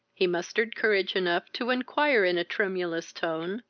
he mustered courage enough to inquire in a tremulous tone,